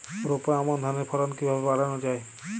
রোপা আমন ধানের ফলন কিভাবে বাড়ানো যায়?